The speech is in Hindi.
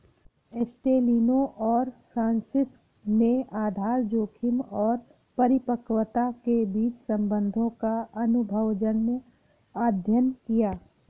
एस्टेलिनो और फ्रांसिस ने आधार जोखिम और परिपक्वता के बीच संबंधों का अनुभवजन्य अध्ययन किया